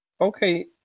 Okay